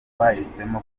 bahisemo